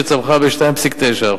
שצמחה ב-2.9%,